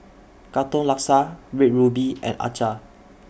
Katong Laksa Red Ruby and Acar